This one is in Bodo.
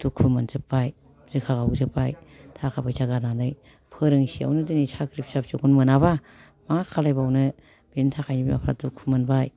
दुखु मोनजोबबाय बिखा गावजोबबाय थाखा फैसा गारनानै फोरोंसे आवनो दिनै साख्रि फिसा फिसौखौनो मोनाबा मा खालायबावनो बिनि थाखायनो बिमाफ्रा दुखु मोनबाय